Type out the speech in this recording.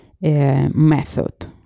method